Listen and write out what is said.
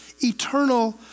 eternal